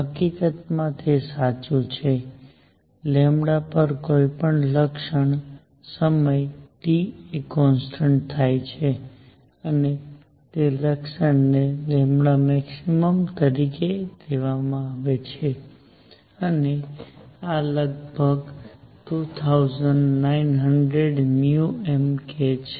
હકીકતમાં જે સાચું છે તે છે પર કોઈપણ લક્ષણ સમય T એ કોન્સટન્ટ હોય છે અને તે લક્ષણ ને maxતરીકે લેવામાં આવે છે અને આ લગભગ 2900 μmK છે